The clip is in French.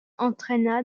entraîna